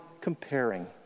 comparing